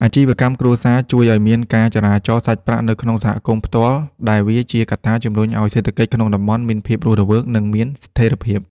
អាជីវកម្មគ្រួសារជួយឱ្យមានការចរាចរណ៍សាច់ប្រាក់នៅក្នុងសហគមន៍ផ្ទាល់ ដែលវាជាកត្តាជំរុញឱ្យសេដ្ឋកិច្ចក្នុងតំបន់មានភាពរស់រវើក និងមានស្ថិរភាព។